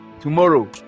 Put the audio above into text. Tomorrow